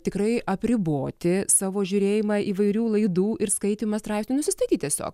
tikrai apriboti savo žiūrėjimą įvairių laidų ir skaitymas straipsnių nusistatyt tiesiog